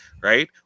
right